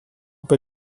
pe